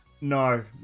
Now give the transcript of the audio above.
No